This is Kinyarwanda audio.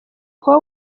kuba